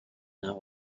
not